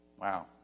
Wow